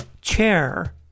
chair